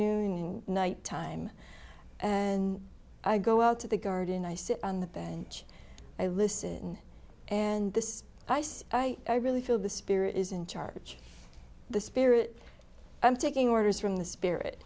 afternoon and night time and i go out to the garden i sit on the bench i listen and this ice i really feel the spirit is in charge the spirit i'm taking orders from the spirit